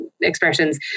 expressions